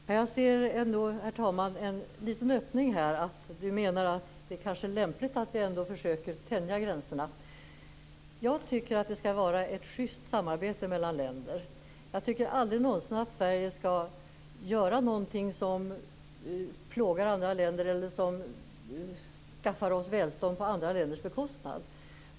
Herr talman! Jag ser ändå en liten öppning här. Sven-Erik Österberg menar att det kanske ändå är lämpligt att vi försöker tänja gränserna. Jag tycker att det skall vara ett schyst samarbete mellan länder. Jag tycker aldrig någonsin att Sverige skall göra något som plågar andra länder eller skaffar oss välstånd på andra länders bekostnad.